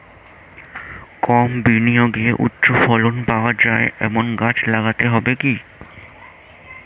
কম বিনিয়োগে উচ্চ ফলন পাওয়া যায় এমন গাছ লাগাতে হবে কি?